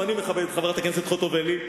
גם אני מכבד את חברת הכנסת חוטובלי.